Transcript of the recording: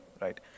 right